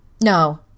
No